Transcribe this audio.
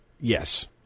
Yes